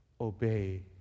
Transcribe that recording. obey